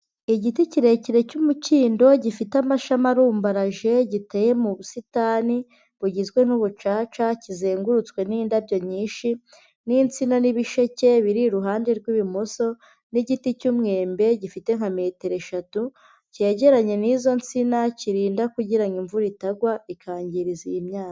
Igiti kirekire cy'umukindo, gifite amashami arumbaraje, giteye mu busitani, bugizwe n'ubucaca, kizengurutswe n'indabyo nyinshi, n'insina n'ibisheke, biri iruhande rw'ibumoso, n'igiti cy'umwembe, gifite nka metero eshatu, cyegeranye n'izo nsina kirinda kugira ngo imvura itagwa ikangiriza iyi myaka.